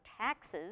taxes